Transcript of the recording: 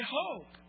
hope